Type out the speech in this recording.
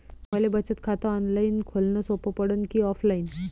मले बचत खात ऑनलाईन खोलन सोपं पडन की ऑफलाईन?